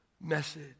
message